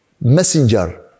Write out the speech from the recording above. messenger